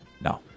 No